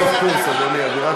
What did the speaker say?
אווירת סוף קורס, אדוני.